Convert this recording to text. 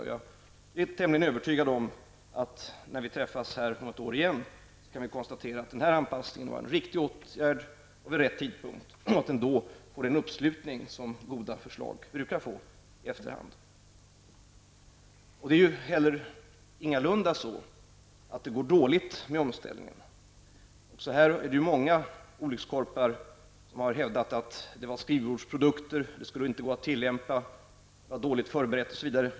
Och jag är tämligen övertygad om att när vi träffas här om något år igen kan vi konstatera att den här anpassningen var en riktig åtgärd, att den vidtogs vid rätt tidpunkt och att den får den uppslutning som goda förslag brukar få efter hand. Och omställningen går ingalunda dåligt. Också i detta sammanhang är det många olyckskorpar som har hävdat att det var fråga om skrivbordsprodukter, att det inte skulle gå att tillämpa, att det var dåligt förberett, osv.